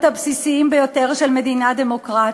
הבסיסיים ביותר של מדינה דמוקרטית.